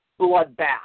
bloodbath